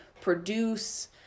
produce